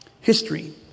history